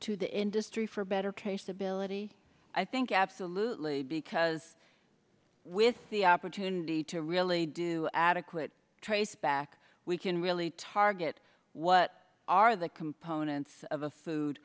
to the industry for better case ability i think absolutely because with the opportunity to really do adequate trace back we can really target what are the components of a food